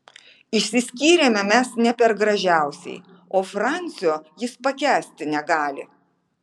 išsiskyrėme mes ne per gražiausiai o francio jis pakęsti negali